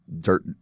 dirt